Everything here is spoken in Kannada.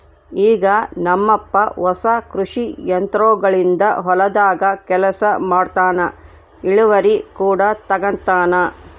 ಈಗ ನಮ್ಮಪ್ಪ ಹೊಸ ಕೃಷಿ ಯಂತ್ರೋಗಳಿಂದ ಹೊಲದಾಗ ಕೆಲಸ ಮಾಡ್ತನಾ, ಇಳಿವರಿ ಕೂಡ ತಂಗತಾನ